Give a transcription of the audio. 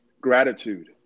gratitude